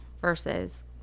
versus